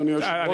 אדוני היושב-ראש,